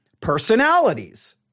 personalities